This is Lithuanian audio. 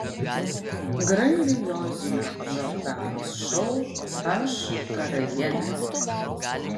grandiozinio džordanos šou aš karalienė